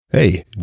Hey